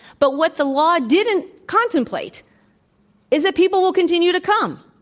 but what the law didn't contemplate is that people will continue to come.